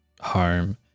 home